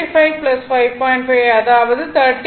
5 அதாவது 30